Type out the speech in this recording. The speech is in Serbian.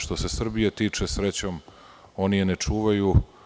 Što se Srbije tiče, srećom, oni je ne čuvaju.